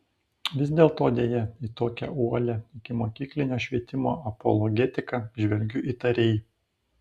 vis dėlto deja į tokią uolią ikimokyklinio švietimo apologetiką žvelgiu įtariai